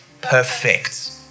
perfect